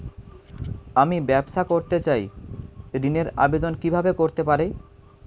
আমি ব্যবসা করতে চাই ঋণের আবেদন কিভাবে করতে পারি?